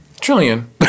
trillion